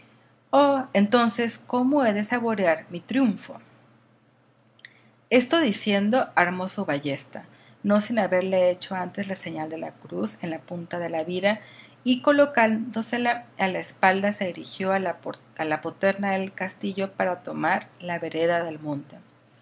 entonces cómo he de saborear mi triunfo esto diciendo armó su ballesta no sin haberle hecho antes la señal de la cruz en la punta de la vira y colocándosela a la espalda se dirigió a la poterna del castillo para tomar la vereda del monte